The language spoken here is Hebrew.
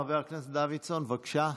חבר הכנסת דוידסון, בבקשה.